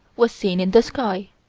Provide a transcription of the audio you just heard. was seen in the sky,